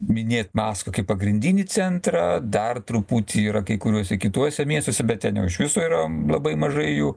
minėt maskvą kaip pagrindinį centrą dar truputį yra kai kuriuose kituose miestuose bet ten jau iš viso yra labai mažai jų